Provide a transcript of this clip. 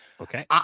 Okay